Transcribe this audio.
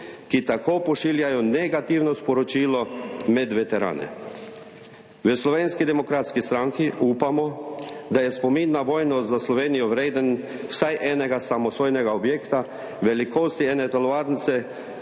ki tako pošiljajo negativno sporočilo med veterane. V Slovenski demokratski stranki upamo, da je spomin na vojno za Slovenijo vreden vsaj enega samostojnega objekta velikosti ene telovadnice,